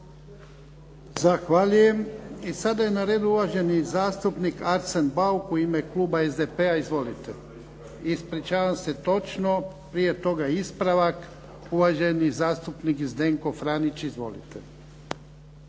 Zahvaljujem. I sada je na redu uvaženi zastupnik Arsen Bauk. U ime kluba SDP-a., izvolite. Ispričavam se, točno, prije toga je ispravak, uvaženi zastupnik Zdenko Franić. Izvolite.